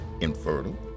infertile